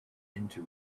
into